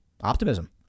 optimism